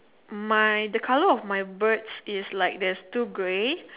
my the colour of my birds is like there's two grey